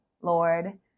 Lord